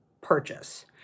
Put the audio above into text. purchase